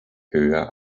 höher